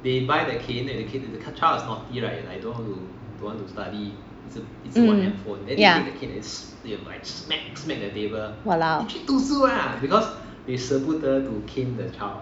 mm ya !walao!